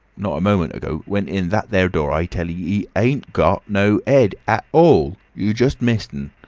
not a moment ago. went in that there door. i tell e, e ain't gart no ed at all. you just missed and